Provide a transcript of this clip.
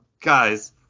guys